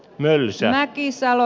mölsää tiisala